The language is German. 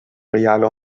reale